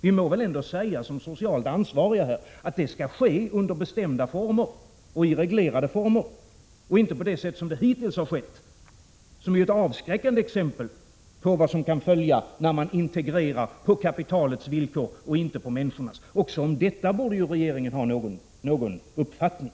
Vi må väl ändå säga som socialt ansvariga att det skall ske i bestämda och reglerade former och inte på det sätt som hittills har skett och som är avskräckande exempel på vad som kan följa när man integrerar på kapitalets villkor och inte på människornas. Också om detta borde regeringen ha någon uppfattning.